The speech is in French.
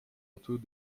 bientôt